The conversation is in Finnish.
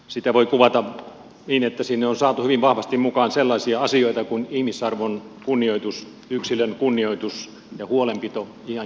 sitä voi kuvata niin että sinne on saatu hyvin vahvasti mukaan sellaisia asioita kuin ihmisarvon kunnioitus yksilön kunnioitus ja huolenpito ihan jokaisesta